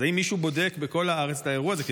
אז האם מישהו בודק בכל הארץ את האירוע הזה?